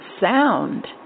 sound